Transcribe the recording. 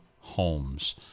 homes